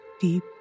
deep